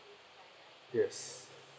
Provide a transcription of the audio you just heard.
yes